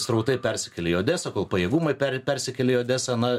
srautai persikėlė į odesą kol pajėgumai per persikėlė į odesą na